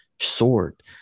Sword